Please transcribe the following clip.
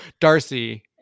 Darcy